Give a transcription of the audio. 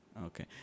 Okay